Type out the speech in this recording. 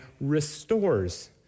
restores